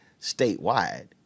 statewide